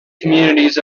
communities